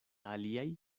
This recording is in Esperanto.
aliaj